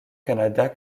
canada